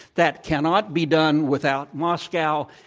that cannot be done without moscow.